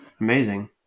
amazing